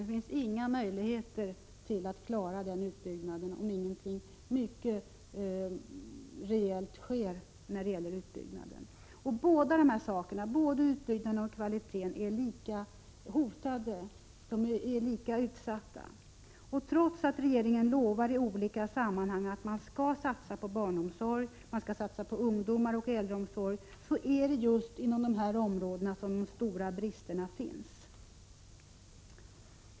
Det finns inga möjligheter att klara den utlovade utbyggnaden, om inget rejält sker på det här området. Båda dessa saker, både utbildningen och kvaliteten, är lika hotade, lika utsatta. Trots att regeringen lovar i olika sammanhang att man skall satsa på barnomsorg, ungdomar och äldreomsorg är det just inom dessa områden som de stora bristerna finns.